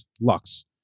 Lux